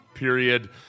Period